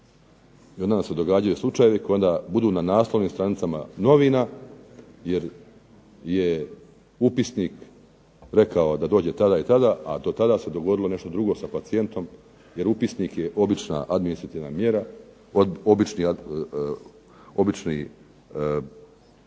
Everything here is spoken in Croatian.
I onda nam se događaju slučajevi koji onda budu na naslovnim stranicama novina jer je upisnik rekao da dođe tada i tada, a dotada se dogodilo nešto drugo sa pacijentom jer upisnik je obična administrativna mjera od običnih datuma